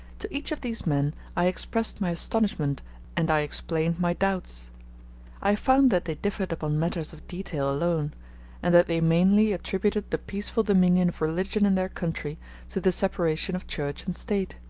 to each of these men i expressed my astonishment and i explained my doubts i found that they differed upon matters of detail alone and that they mainly attributed the peaceful dominion of religion in their country to the separation of church and state.